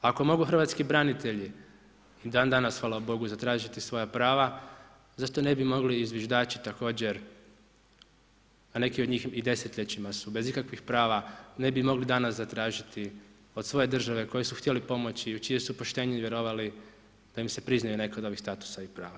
Ako mogu hrvatski branitelji, dan danas hvala Bogu zatražiti svoja prava, zašto ne bi mogli i zviždači, također, a neki od njih i desetljećima su bez ikakvih prava, ne bi mogli danas, zatražiti, od svoje države, kojoj su htjeli pomoći i u čije su poštenje vjerovali, da im se prizna neka od ovih statusa i prava.